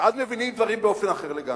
ואז מבינים דברים באופן אחר לגמרי.